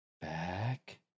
Back